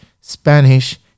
Spanish